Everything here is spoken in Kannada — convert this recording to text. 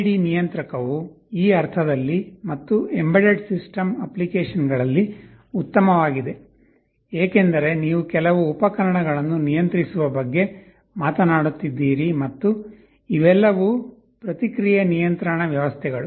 PID ನಿಯಂತ್ರಕವು ಈ ಅರ್ಥದಲ್ಲಿ ಮತ್ತು ಎಂಬೆಡೆಡ್ ಸಿಸ್ಟಮ್ ಅಪ್ಲಿಕೇಶನ್ಗಳಲ್ಲಿ ಉತ್ತಮವಾಗಿದೆ ಏಕೆಂದರೆ ನೀವು ಕೆಲವು ಉಪಕರಣಗಳನ್ನು ನಿಯಂತ್ರಿಸುವ ಬಗ್ಗೆ ಮಾತನಾಡುತ್ತಿದ್ದೀರಿ ಮತ್ತು ಇವೆಲ್ಲವೂ ಪ್ರತಿಕ್ರಿಯೆ ನಿಯಂತ್ರಣ ವ್ಯವಸ್ಥೆಗಳು